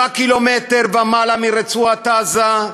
7 קילומטר ומעלה מרצועת-עזה,